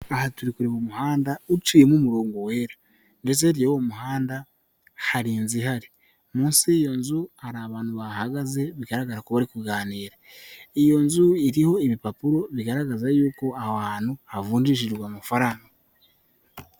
Aha turi kureba umuhanda uciyemo umurongo wera, ndetse hirya y'uwo muhanda hari inzu ihari, munsi y'iyo nzu hari abantu bahagaze bigaragara ko bari kuganira, iyo nzu iriho ibipapuro bigaragaza y'uko aho ahantu havunjshiriizwa amafaranga.